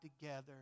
together